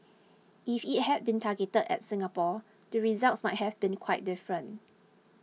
if it had been targeted at Singapore the results might have been quite different